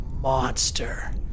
monster